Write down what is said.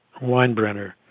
Weinbrenner